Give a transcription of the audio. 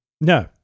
No